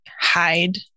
hide